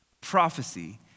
Prophecy